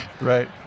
Right